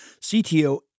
CTO